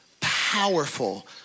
powerful